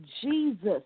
Jesus